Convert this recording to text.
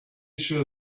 issue